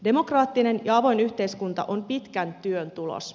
demokraattinen ja avoin yhteiskunta on pitkän työn tulos